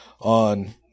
on